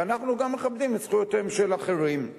ואנחנו גם מכבדים את זכויותיהם של אחרים.